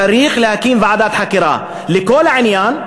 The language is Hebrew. צריך להקים ועדת חקירה לכל העניין,